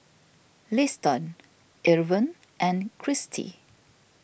Liston Irven and Kristie